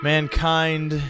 Mankind